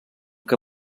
que